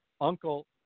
uncle